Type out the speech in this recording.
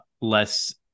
less